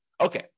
Okay